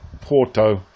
Porto